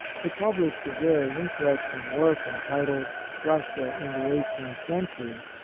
who published a very inter esting work entitled russia in the eighteenth century,